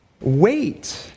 Wait